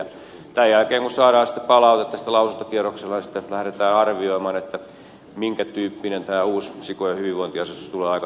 kun tämän jälkeen saadaan sitten palautetta lausuntokierrokselta niin sitten lähdetään arvioimaan minkä tyyppinen rajaus hikoilivat jos aika